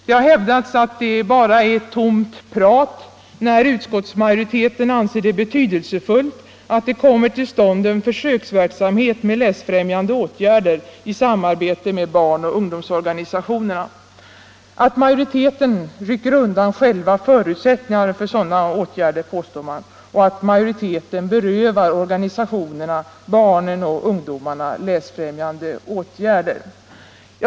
Man hävdar att det bara är tomt prat när utskottsmajoriteten anser det betydelsefullt att det kommer till stånd en försöksverksamhet med läsfrämjande åtgärder i samarbete med barnoch ungdomsorganisationerna. Man påstår att utskottsmajoriteten rycker undan själva förutsättningarna för sådana åtgärder och att majoriteten berövar organisationerna, barnen och ungdomarna läsfrämjande åtgärder.